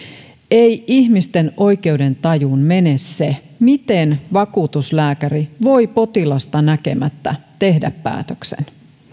ei ihmisten oikeudentajuun mene se miten vakuutuslääkäri voi potilasta näkemättä tehdä päätöksen